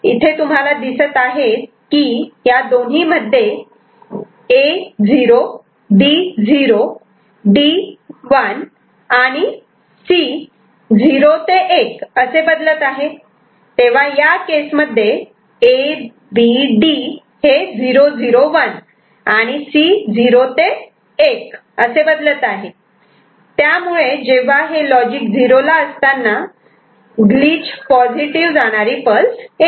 इथे तुम्हाला दिसत आहे की या दोन्ही मध्ये A 0 B0 D 1 आणि C '0 ते 1' असे बदलत आहे तेव्हा या केस मध्ये A B D 0 0 1 आणि C '0 ते 1' असे बदलत आहे त्यामुळे जेव्हा हे लॉजिक 0 ला असताना ग्लिच पॉझिटिव जाणारी पल्स येते